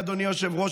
אדוני היושב-ראש,